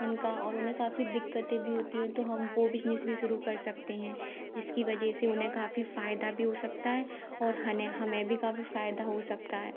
उनका और उन्हें काफ़ी दिक्कतें भी होती है तो हम वो बिजनेस भी शुरू कर सकते हैं जिसकी वजह से उन्हे काफ़ी फ़ायदा भी हो सकता है और हने हमें भी काफ़ी फ़ायदा हो सकता है